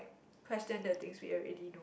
question the things we already know